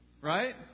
right